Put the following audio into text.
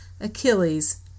Achilles